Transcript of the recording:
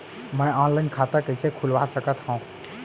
मैं ऑनलाइन खाता कइसे खुलवा सकत हव?